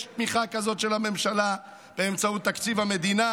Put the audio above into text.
יש תמיכה כזאת של הממשלה באמצעות תקציב המדינה,